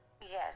Yes